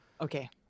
Okay